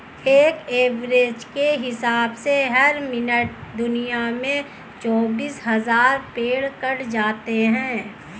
एक एवरेज के हिसाब से हर मिनट दुनिया में चौबीस हज़ार पेड़ कट जाते हैं